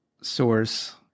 source